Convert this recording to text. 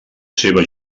seva